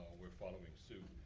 we're following suit.